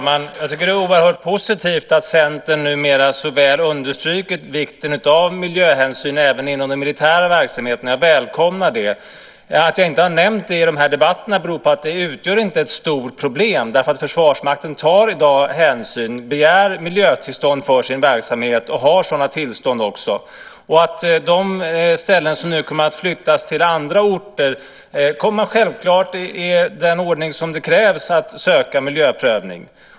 Herr talman! Det är oerhört positivt att Centern numera understryker vikten av miljöhänsyn även inom den militära verksamheten. Jag välkomnar det. Att jag inte har nämnt det i den här debatten beror på att det inte utgör något stort problem. Försvarsmakten tar i dag hänsyn. Man begär miljötillstånd för sin verksamhet och har också sådana tillstånd. De förband som nu kommer att flyttas till andra orter kommer självklart att söka miljöprövning i den ordning som krävs.